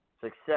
success